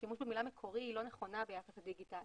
השימוש במילה מקורי היא לא נכונה ביחס לדיגיטל.